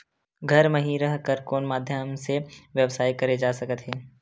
घर म हि रह कर कोन माध्यम से व्यवसाय करे जा सकत हे?